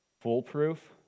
Foolproof